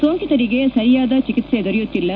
ಸೋಂಕಿತರಿಗೆ ಸರಿಯಾದ ಚಿಕಿತ್ಸೆ ದೊರೆಯುತ್ತಿಲ್ಲ